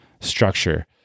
structure